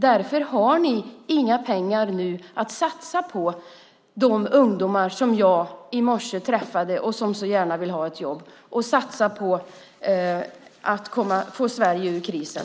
Därför har ni inga pengar att satsa på de ungdomar som jag träffade i morse och som så gärna vill ha ett jobb och inga pengar att satsa för att få Sverige ur krisen.